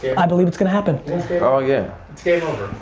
i believe it's gonna happen. ah yeah game over.